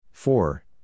Four